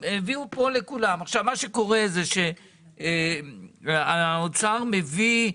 על אותה קבוצה שאותה אנחנו רוצים לחזק,